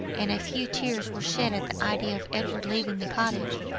and a few tears were shed at the idea of edward leaving the cottage.